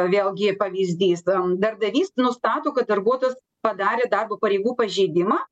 vėlgi pavyzdys darbdavys nustato kad darbuotojas padarė darbo pareigų pažeidimą